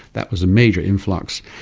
that was a major influx.